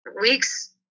weeks